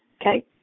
okay